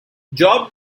job